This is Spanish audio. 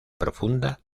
profunda